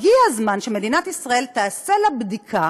הגיע הזמן שמדינת ישראל תעשה בדיקה,